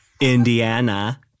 Indiana